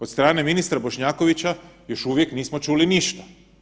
Od strane ministra Bošnjakovića još uvijek nismo čuli ništa.